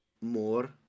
more